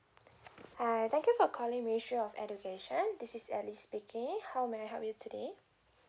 hi thank you for calling ministry of education this is alice speaking how may I help you today